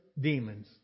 demons